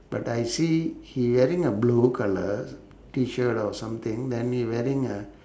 but I see he wearing a blue colour T shirt or something then he wearing a